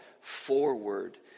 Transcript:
forward